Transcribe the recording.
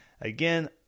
Again